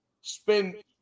Spend